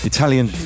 Italian